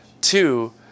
Two